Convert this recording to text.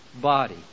Body